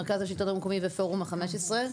מרכז השלטון המקומי ופורום ה-15.